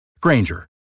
Granger